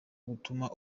gutuma